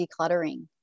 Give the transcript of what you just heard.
decluttering